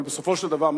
אבל בסופו של דבר,